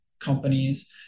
companies